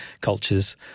cultures